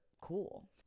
cool